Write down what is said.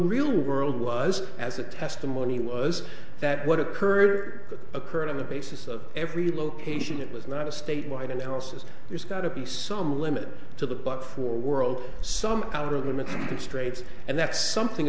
real world was as a testimony was that what occurred that occurred on the basis of every location it was not a state wide analysis there's got to be some limit to the buck for world some outer limits of constraints and that's something